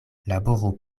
laboru